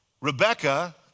Rebecca